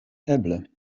eble